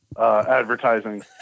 advertising